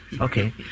Okay